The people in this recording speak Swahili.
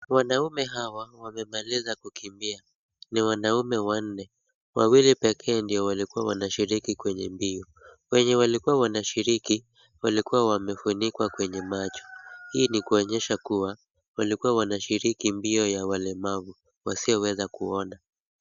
Wanaume hawa wamemaliza kukimbia, ni wanaume wanne. Wawili pekee ndio walikuwa wanashiriki kwenye mbio. Wenye walikuwa wanashiriki, walikuwa wamefunikwa kwenye macho, hii ni kuonyesha kuwa, walikuwa wanashiriki mbio za walemavu wasioweza kuona.